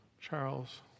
Charles